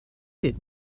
did